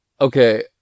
okay